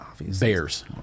Bears